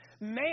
man